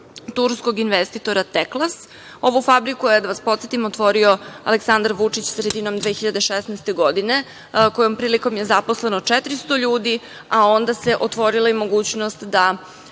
turskog investitora „Teklas“. Ovu fabriku je, da vas podsetim, otvorio Aleksandar Vučić sredinom 2016. godine, kojom prilikom je zaposleno 400 ljudi, a onda se otvorila i mogućnost da